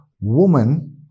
woman